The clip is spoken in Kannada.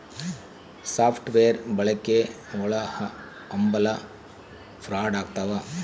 ಸಾಫ್ಟ್ ವೇರ್ ಬಳಕೆ ಒಳಹಂಭಲ ಫ್ರಾಡ್ ಆಗ್ತವ